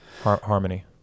Harmony